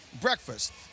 breakfast